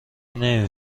نمی